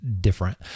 different